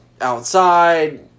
outside